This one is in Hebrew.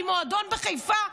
ממועדון בחיפה,